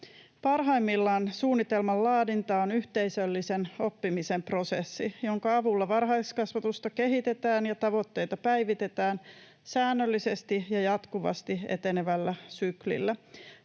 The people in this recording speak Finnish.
Parhaimmillaan suunnitelman laadinta on yhteisöllisen oppimisen prosessi, jonka avulla varhaiskasvatusta kehitetään ja tavoitteita päivitetään säännöllisesti ja jatkuvasti etenevällä syklillä.